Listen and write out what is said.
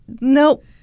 Nope